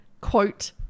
quote